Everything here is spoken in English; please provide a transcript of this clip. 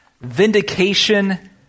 Vindication